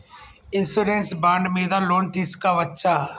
Insurance bond మీద loan తీస్కొవచ్చా?